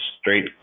straight